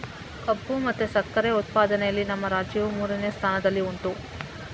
ಕಬ್ಬು ಮತ್ತೆ ಸಕ್ಕರೆ ಉತ್ಪಾದನೆಯಲ್ಲಿ ನಮ್ಮ ರಾಜ್ಯವು ಮೂರನೇ ಸ್ಥಾನದಲ್ಲಿ ಉಂಟು